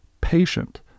patient